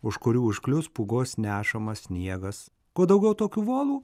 už kurių užklius pūgos nešamas sniegas kuo daugiau tokių volų